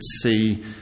see